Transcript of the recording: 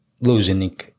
losing